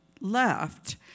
left